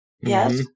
Yes